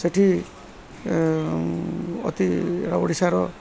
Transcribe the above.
ସେଠି ଅତି ଓଡ଼ିଶାର